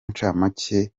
ncamake